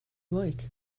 like